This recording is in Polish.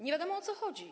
Nie wiadomo, o co chodzi.